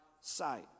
sight